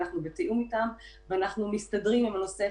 אנחנו בתיאום אתם ואנחנו מסתדרים עם הנושא.